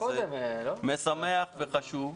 זה משמח וחשוב.